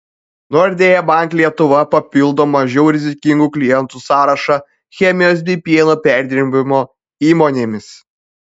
nordea bank lietuva papildo mažiau rizikingų klientų sąrašą chemijos bei pieno perdirbimo įmonėmis